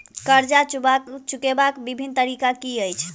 कर्जा चुकबाक बिभिन्न तरीका की अछि?